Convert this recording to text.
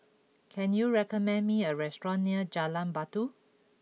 can you recommend me a restaurant near Jalan Batu